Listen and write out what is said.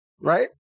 right